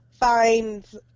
finds